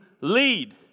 lead